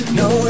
no